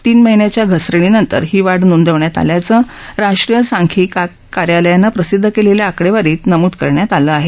तीन महिन्याच्या घसरणीनंतर ही वाढ नोंदवण्यात आल्याचं राष्ट्रीय सांख्यिकी कार्यालयानं प्रसिद्ध केलेल्या आकडेवारीत नमूद करण्यात आलं आहे